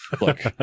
look